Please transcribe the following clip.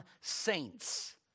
saints